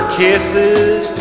kisses